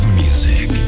music